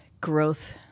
Growth